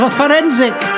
forensic